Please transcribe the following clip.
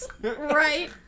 right